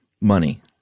money